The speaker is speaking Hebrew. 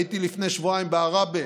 הייתי לפני שבועיים בעראבה,